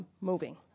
moving